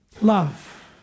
Love